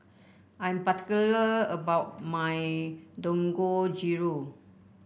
I'm particular about my Dangojiru